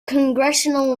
congressional